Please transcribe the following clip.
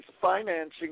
financing